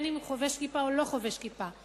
אם הוא חובש כיפה ואם הוא לא חובש כיפה.